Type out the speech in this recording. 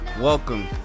Welcome